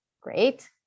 Great